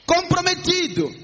Comprometido